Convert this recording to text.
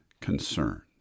concerns